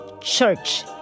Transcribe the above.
Church